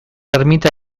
ermita